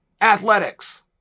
athletics